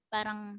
Parang